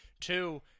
Two